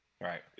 right